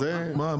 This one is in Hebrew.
מה?